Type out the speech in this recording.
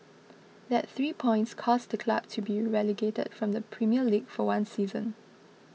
that three points caused the club to be relegated from the Premier League for one season